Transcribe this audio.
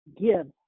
give